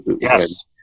Yes